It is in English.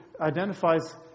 identifies